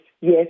yes